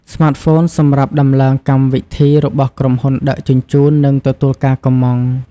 ស្មាតហ្វូនសម្រាប់ដំឡើងកម្មវិធីរបស់ក្រុមហ៊ុនដឹកជញ្ជូន និងទទួលការកម្ម៉ង់។